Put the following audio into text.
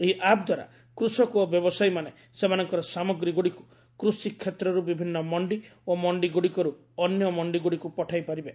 ଏହି ଆପ୍ ଦ୍ୱାରା କୃଷକ ଓ ବ୍ୟବସାୟୀମାନେ ସେମାନଙ୍କର ସାମଗ୍ରୀଗୁଡ଼ିକୁ କୃଷି କ୍ଷେତ୍ରରୁ ବିଭିନ୍ନ ମଣ୍ଡି ଓ ମଣ୍ଡିଗୁଡ଼ିକରୁ ଅନ୍ୟ ମଣ୍ଡିଗୁଡ଼ିକୁ ପଠାଇ ପାରିବେ